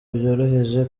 byoroheje